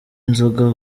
inzoga